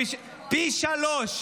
פי שלושה,